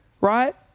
Right